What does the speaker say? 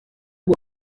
ngo